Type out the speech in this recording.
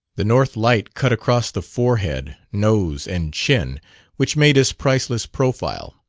the north light cut across the forehead, nose and chin which made his priceless profile.